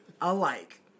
alike